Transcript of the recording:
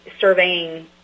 surveying